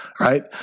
right